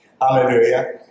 Hallelujah